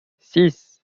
six